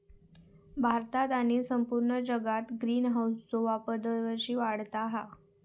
भारतात आणि संपूर्ण जगात ग्रीनहाऊसचो वापर दरवर्षी वाढता हा